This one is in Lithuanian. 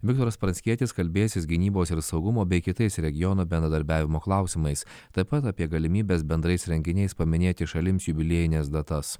viktoras pranckietis kalbėsis gynybos ir saugumo bei kitais regiono bendradarbiavimo klausimais taip pat apie galimybes bendrais renginiais paminėti šalims jubiliejines datas